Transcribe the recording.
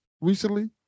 recently